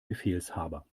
befehlshaber